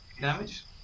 Damage